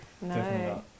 No